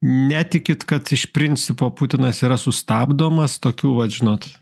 netikit kad iš principo putinas yra sustabdomas tokių vat žinot